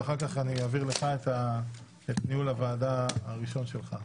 ואחר כך אני אעביר לך את ניהול הוועדה הראשון שלך.